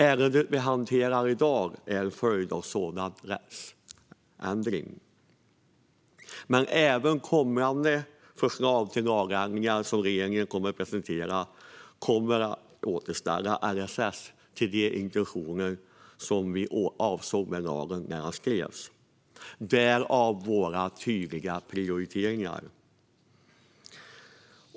Ärendet vi hanterar i dag är en följd av denna ändring. Även kommande förslag till lagändringar som regeringen kommer att presentera kommer dock att återställa LSS till det som var intentionen med lagen när den skrevs - därav våra tydliga prioriteringar.